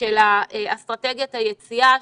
אסטרטגיית היציאה,